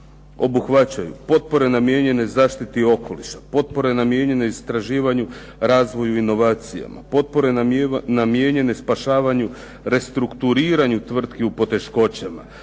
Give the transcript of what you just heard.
obuhvaćaju: potpore namijenjene zaštiti okoliša, potpore namijenjene istraživanju, razvoju i inovacijama, potpore namijenjene spašavanju restrukturiranju tvrtki u poteškoćama,